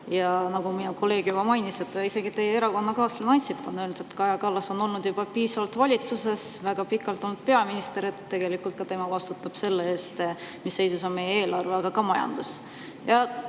Aga nagu minu kolleeg juba mainis, isegi teie erakonnakaaslane Ansip on öeldud, et Kaja Kallas on olnud juba piisavalt kaua valitsuses, väga pikalt olnud peaminister ja tegelikult ka tema vastutab selle eest, mis seisus on meie eelarve ja ka majandus.